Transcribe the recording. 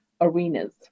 arenas